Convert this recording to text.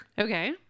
Okay